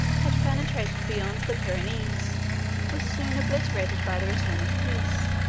had penetrated beyond the pyrenees, were soon obliterated by the return of peace